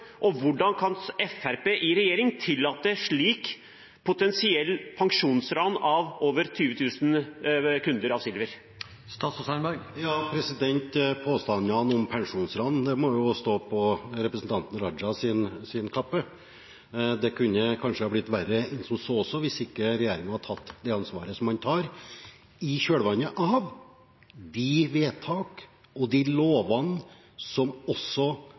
Og hvorfor og hvordan kan Fremskrittspartiet i regjering tillate et slikt potensielt pensjonsran av over 20 000 kunder i Silver? Påstanden om pensjonsran må representanten Raja ta på sin kappe. Det kunne kanskje blitt verre enn som så hvis ikke regjeringen hadde tatt det ansvaret som den tar, i kjølvannet av de vedtak og de lovene som også